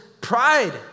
pride